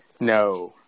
No